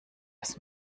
aus